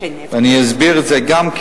ואני גם אסביר את זה.